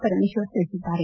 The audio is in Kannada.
ಪರಮೇಶ್ವರ್ ತಿಳಿಸಿದ್ದಾರೆ